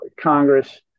Congress